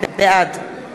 בעד